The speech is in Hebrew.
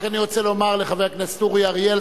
אני רק רוצה לומר לחבר הכנסת אורי אריאל,